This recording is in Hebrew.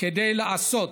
כדי לעשות